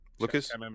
Lucas